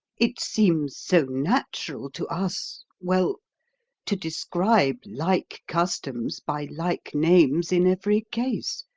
it seems so natural to us well to describe like customs by like names in every case.